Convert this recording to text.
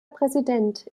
präsident